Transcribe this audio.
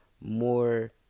more